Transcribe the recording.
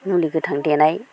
मुलि गोथां देनाय